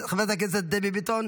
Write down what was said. חברת הכנסת דבי ביטון,